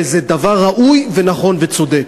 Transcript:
וזה דבר ראוי ונכון וצודק.